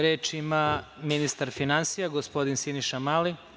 Reč ima ministar finansija, gospodin Siniša Mali.